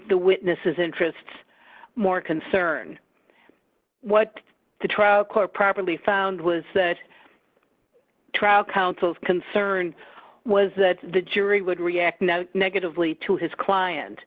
the witnesses interests more concerned what the trial court properly found was that trial counsel's concern was that the jury would react negatively to his client